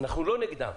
אנחנו לא נגדם.